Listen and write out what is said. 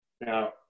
Now